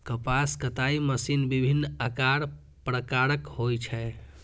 कपास कताइ मशीन विभिन्न आकार प्रकारक होइ छै